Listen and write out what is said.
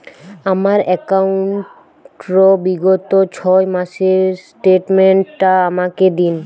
আমার অ্যাকাউন্ট র বিগত ছয় মাসের স্টেটমেন্ট টা আমাকে দিন?